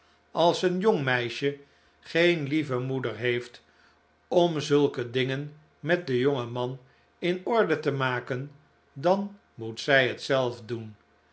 als een jong meisje geen lieve moeder heeft om zulke dingen met den jongen man in orde te maken dan moet zij het zelf doen